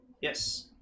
Yes